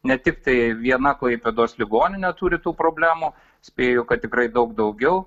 ne tiktai viena klaipėdos ligoninė turi tų problemų spėju kad tikrai daug daugiau